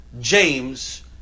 James